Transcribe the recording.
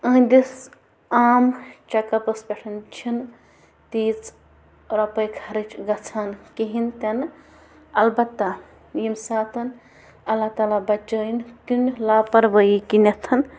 یِہٕنٛدِس عام چَک اَپَس پٮ۪ٹھ چھِنہٕ تیٖژ رۄپَے خرچ گژھان کِہیٖنۍ تِنہٕ البتہٕ ییٚمہِ ساتَن اللہ تعالیٰ بچٲوِن کُنہِ لاپَروٲہی کِنٮ۪تھ